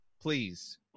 please